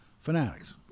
fanatics